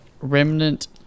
Remnant